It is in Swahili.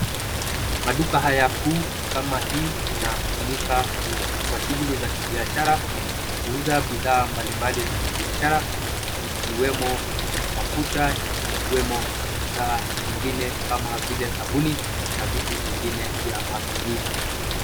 Maduka haya kuu kama hii inatumika kwa shughuli za kibiashara kuuza bidhaa mbali mbali za kibiashara ikiwemo mafuta, ikiwemo bidhaa zingine kama vile sabuni na vitu vingine vya matumizi.